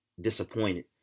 disappointed